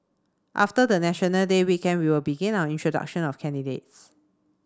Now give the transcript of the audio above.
after the National Day weekend we will begin our introduction of candidates